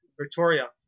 Victoria